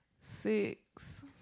Six